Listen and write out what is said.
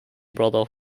brother